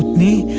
me.